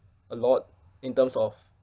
a lot in terms of